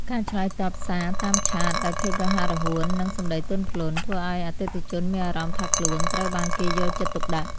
ការឆ្លើយតបសារតាមឆាតដោយភាពរហ័សរហួននិងសម្តីទន់ភ្លន់ធ្វើឱ្យអតិថិជនមានអារម្មណ៍ថាខ្លួនត្រូវបានគេយកចិត្តទុកដាក់។